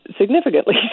significantly